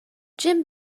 jim